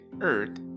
Earth